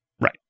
Right